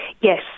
Yes